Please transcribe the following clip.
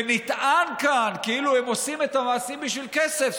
ונטען כאן כאילו הם עושים את המעשים בשביל כסף.